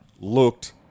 Looked